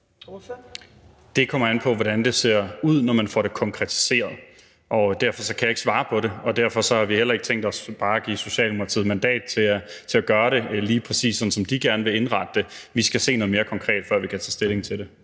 Det kommer an på, hvordan det ser ud, når man får det konkretiseret. Derfor kan jeg ikke svare på det, og derfor har vi heller ikke tænkt os bare at give Socialdemokratiet mandat til at indrette det lige præcis sådan, som de gerne vil gøre det. Vi skal se noget mere konkret, før vi kan tage stilling til det.